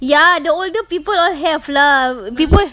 ya the older people all have lah peop~